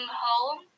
home